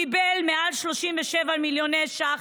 קיבל מעל 37 מיליון ש"ח